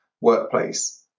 workplace